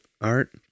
art